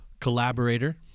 collaborator